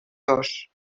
dos